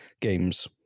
games